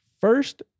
first